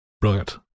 Brilliant